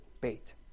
bait